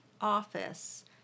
office